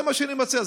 זה מה שאני מציע.